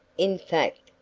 in fact,